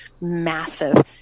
massive